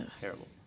Terrible